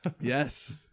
Yes